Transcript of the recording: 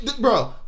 bro